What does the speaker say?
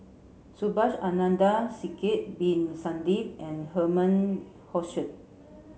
Subhas Anandan Sidek bin Saniff and Herman Hochstadt